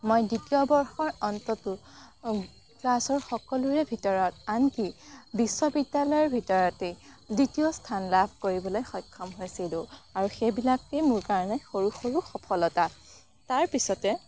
মই দ্বিতীয় বৰ্ষৰ অন্ততো ক্লাছৰ সকলোৰে ভিতৰত আনকি বিশ্ববিদ্যালয়ৰ ভিতৰতেই দ্বিতীয় স্থান লাভ কৰিবলৈ সক্ষম হৈছিলোঁ আৰু সেইবিলাকেই মোৰ কাৰণে সৰু সৰু সফলতা তাৰপিছতে